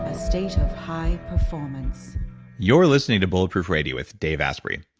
ah state of high performance you're listening to bulletproof radio with dave asprey.